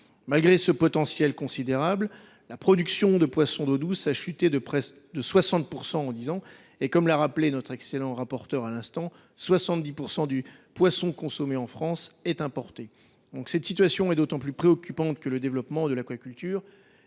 Malgré ce potentiel considérable, la production de poissons d’eau douce a chuté de 60 % en dix ans et, comme l’a rappelé M. le rapporteur, 70 % du poisson consommé en France est importé. Cette situation est d’autant plus préoccupante que le développement de l’aquaculture